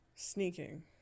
sneaking